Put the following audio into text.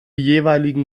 jeweiligen